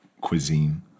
cuisine